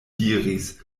diris